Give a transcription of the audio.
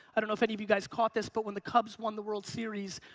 i don't know if any of you guys caught this but when the cubs won the world series,